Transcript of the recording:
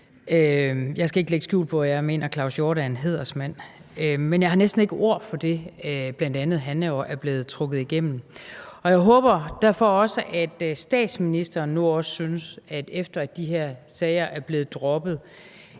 Jeg skal ikke lægge skjul på, at jeg mener, at Claus Hjort Frederiksen er en hædersmand, og jeg har næsten ikke ord for det, bl.a. han er blevet trukket igennem. Og jeg håber derfor, at også statsministeren nu, efter at de her sager er blevet droppet,